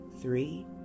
three